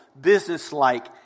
businesslike